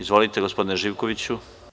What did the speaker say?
Izvolite, gospodine Živkoviću.